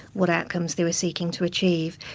what outcomes they were seeking to achieve.